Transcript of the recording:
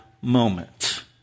moment